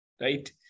right